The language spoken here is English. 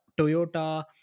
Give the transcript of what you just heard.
Toyota